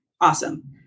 awesome